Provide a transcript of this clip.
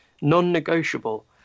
non-negotiable